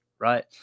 Right